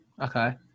Okay